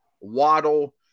Waddle